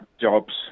jobs